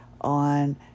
on